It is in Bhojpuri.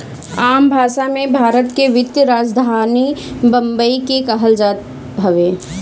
आम भासा मे, भारत के वित्तीय राजधानी बम्बई के कहल जात हवे